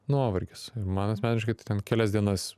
nuovargis man asmeniškai tai ten kelias dienas